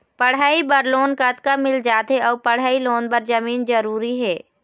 पढ़ई बर लोन कतका मिल जाथे अऊ पढ़ई लोन बर जमीन जरूरी हे?